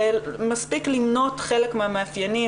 ומספיק למנות חלק מהמאפיינים.